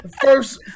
First